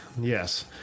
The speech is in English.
Yes